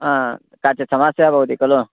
हा काचित् समस्या भवति खलु